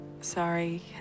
Sorry